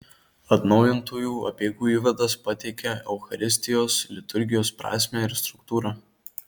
atnaujintųjų apeigų įvadas pateikia eucharistijos liturgijos prasmę ir struktūrą